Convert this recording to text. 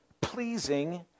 pleasing